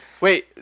Wait